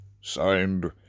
Signed